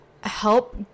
help